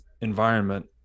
environment